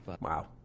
Wow